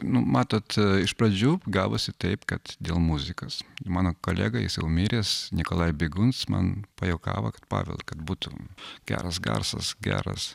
nu matot iš pradžių gavosi taip kad dėl muzikos mano kolega jis jau miręs nikolai biguns man pajuokavo kad pavel kad būtum geras garsas geras